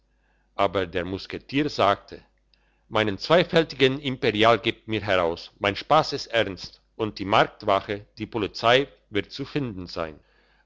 aber der musketier sagte meinen zweifältigen imperial gebt mir heraus mein spass ist ernst und die marktwache die polizei wird zu finden sein